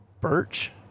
birch